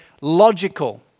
logical